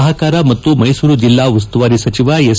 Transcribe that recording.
ಸಹಕಾರ ಮತ್ತು ಮೈಸೂರು ಜಿಲ್ಲಾ ಉಸ್ತುವಾರಿ ಸಚಿವ ಎಸ್